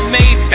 made